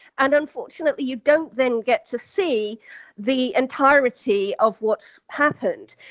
and unfortunately, you don't then get to see the entirety of what happened.